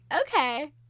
okay